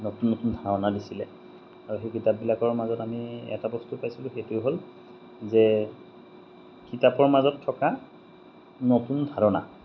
নতুন নতুন ধাৰণা দিছিলে আৰু সেই কিতাপবিলাকৰ মাজত আমি এটা বস্তু পাইছিলোঁ সেইটোৱেই হ'ল যে কিতাপৰ মাজত থকা নতুন ধাৰণা